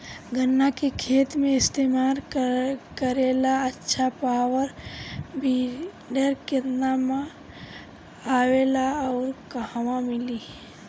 गन्ना के खेत में इस्तेमाल करेला अच्छा पावल वीडर केतना में आवेला अउर कहवा मिली?